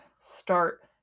start